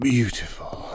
Beautiful